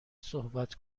صحبت